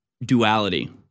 duality